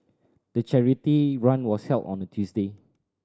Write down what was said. the charity run was held on a Tuesday